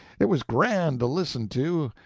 it was grand to listen to,